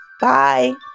Bye